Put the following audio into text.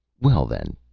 well, then,